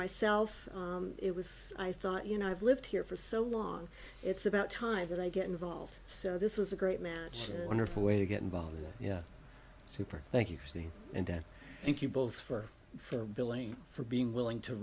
myself it was i thought you know i've lived here for so long it's about time that i get involved so this was a great match wonderful way to get involved in the super thank you christine and thank you both for for billing for being willing to